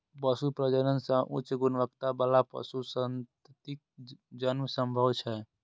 पशु प्रजनन सं उच्च गुणवत्ता बला पशु संततिक जन्म संभव छै